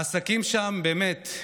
העסקים שם באמת,